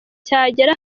cyagera